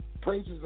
praises